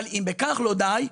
אבל אם בכך לא די,